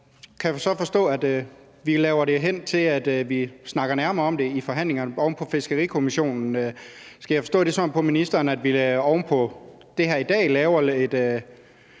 kan så forstå, at vi gør det sådan, at vi snakker nærmere om det i forhandlingerne oven på Fiskerikommissionen. Skal jeg forstå det sådan på ministeren, at vi oven på det her i dag laver en